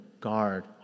guard